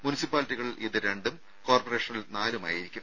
മുനിസിപ്പാലിറ്റികളിൽ ഇത് രണ്ടും കോർപ്പറേഷനിൽ നാലും ആയിരിക്കും